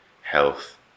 health